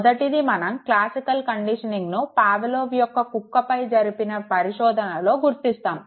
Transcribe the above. మొదటిది మనం క్లాసికల్ కండిషనింగ్ను పావలోవ్ యొక్క కుక్కపై జరిపిన పరిశోధనలో గుర్తిస్తాము